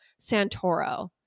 santoro